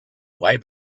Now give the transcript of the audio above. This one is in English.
way